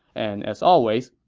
and as always,